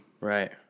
Right